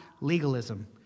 legalism